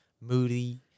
moody